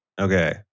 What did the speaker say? Okay